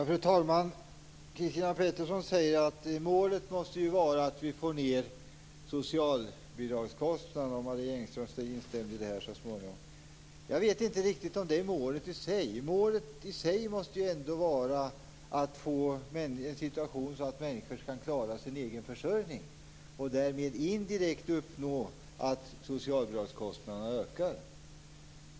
Fru talman! Christina Pettersson säger att målet måste vara att få ned socialbidragskostnaderna, och i detta instämde så småningom Marie Engström. Jag vet inte riktigt om detta är målet i sig. Målet måste vara att få en situation där människor kan klara sin egen försörjning, varigenom i sin tur socialbidragskostnaderna minskar.